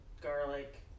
garlic